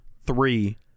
three